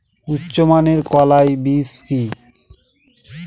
উন্নত মানের কলাই বীজ কি?